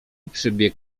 przybiegł